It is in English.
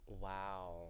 Wow